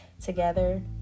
Together